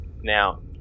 Now